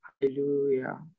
Hallelujah